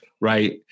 right